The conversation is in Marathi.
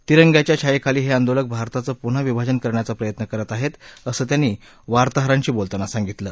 तिरंग्याच्या छायेखाली हे आंदोलक भारताचं पुन्हा विभाजन करण्याचा प्रयत्न करत आहेत असं त्यांनी वार्ताहरांशी बोलताना सांगितलं